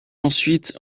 ensuite